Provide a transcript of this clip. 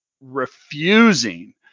refusing